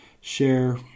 share